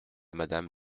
madame